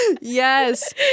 Yes